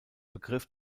begriff